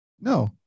no